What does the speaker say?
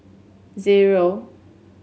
zero